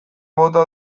bota